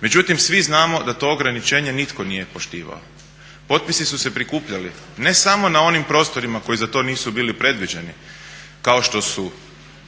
Međutim, svi znamo da to ograničenje nitko nije poštivao. Potpisi su se prikupljali ne samo na onim prostorima koji za to nisu bili predviđeni kao što su